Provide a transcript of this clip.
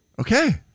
Okay